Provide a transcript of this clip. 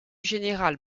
général